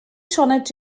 sioned